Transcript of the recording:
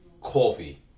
Coffee